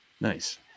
Nice